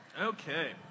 Okay